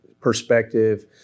perspective